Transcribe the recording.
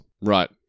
Right